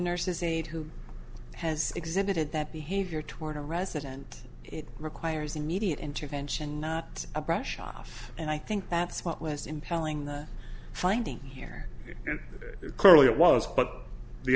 nurse's aide who has exhibited that behavior toward a resident it requires immediate intervention not a brush off and i think that's what was impelling the finding here and clearly it was but the